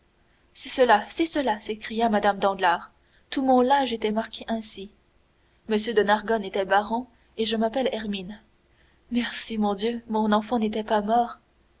c'est cela c'est cela s'écria mme danglars tout mon linge était marqué ainsi m de nargonne était baron et je m'appelle hermine merci mon dieu mon enfant n'était pas mort